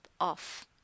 off